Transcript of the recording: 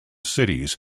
cities